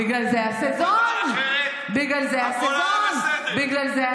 בגלל זה הסזון, בגלל זה הסזון.